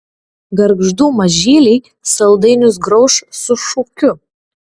gargždų mažyliai saldainius grauš su šūkiu